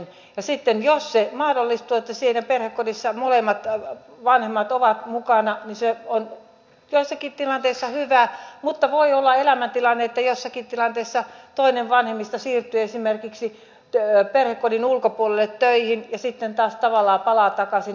ja sitten jos se mahdollistuu että siinä perhekodissa molemmat vanhemmat ovat mukana niin se on joissakin tilanteissa hyvä mutta voi olla elämäntilanne että jossakin tilanteessa toinen vanhemmista siirtyy esimerkiksi perhekodin ulkopuolelle töihin ja sitten taas tavallaan palaa takaisin